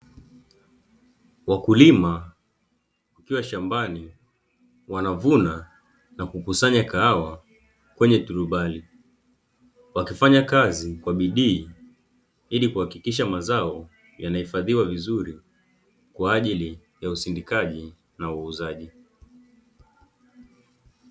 Wakulima wakiwa shambani wanavuna na kukusanya kahawa kwenye turubali wakifanya kazi kwa bidii, ili kuhakikisha mazao yanahifadhiwa vizuri kwa ajili ya usindikaji na uuzaji.